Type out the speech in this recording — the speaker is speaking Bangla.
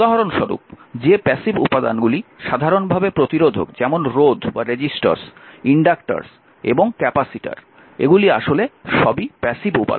উদাহরণস্বরূপ যে প্যাসিভ উপাদানগুলি সাধারণভাবে প্রতিরোধক যেমন রোধ ইন্ডাক্টর এবং ক্যাপাসিটর এগুলি আসলে সবই প্যাসিভ উপাদান